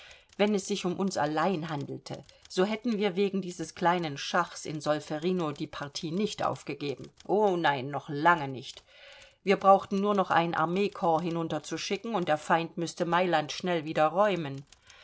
wenn es sich um uns allein handelte so hätten wir wegen dieses kleinen schachs in solferino die partie nicht aufgegeben o nein noch lange nicht wir brauchten nur noch ein armeekorps hinunter zu schicken und der feind müßte mailand schnell wieder räumen